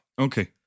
Okay